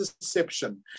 deception